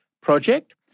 project